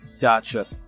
Gotcha